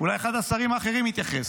שאולי אחד השרים האחרים יתייחס.